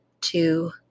two